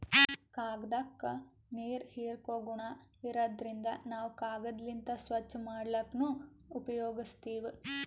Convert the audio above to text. ಕಾಗ್ದಾಕ್ಕ ನೀರ್ ಹೀರ್ಕೋ ಗುಣಾ ಇರಾದ್ರಿನ್ದ ನಾವ್ ಕಾಗದ್ಲಿಂತ್ ಸ್ವಚ್ಚ್ ಮಾಡ್ಲಕ್ನು ಉಪಯೋಗಸ್ತೀವ್